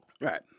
Right